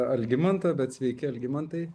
algimantą bet sveiki algimantai